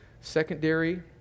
secondary